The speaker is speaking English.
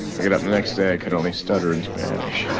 i get up the next day i could only stutter in spanish.